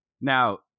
Now